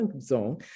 zone